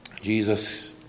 Jesus